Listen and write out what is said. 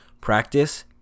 practice